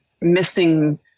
missing